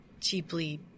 deeply